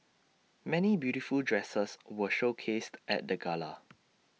many beautiful dresses were showcased at the gala